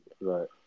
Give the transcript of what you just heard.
right